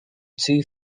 two